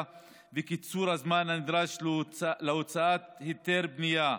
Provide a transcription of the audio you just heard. וקיצור הזמן הנדרש להוצאת היתר בנייה,